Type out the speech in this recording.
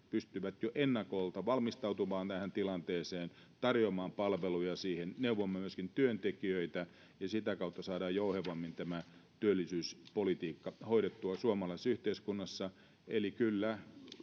pystyvät jo ennakolta valmistautumaan tähän tilanteeseen tarjoamaan palveluja siihen neuvomaan myöskin työntekijöitä ja sitä kautta saadaan jouhevammin tämä työllisyyspolitiikka hoidettua suomalaisessa yhteiskunnassa eli kyllä